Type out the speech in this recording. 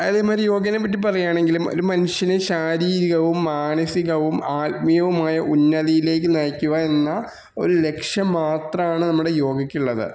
അതേമാതിരി യോഗേനെപ്പറ്റി പറയാണെങ്കിൽ ഒരു മനുഷ്യന് ശാരീരികവും മാനസികവും ആത്മീയവുമായ ഉന്നതിയിലേക്ക് നയിക്കുക എന്ന ഒരു ലക്ഷ്യം മാത്രമാണ് നമ്മുടെ യോഗക്കുള്ളത്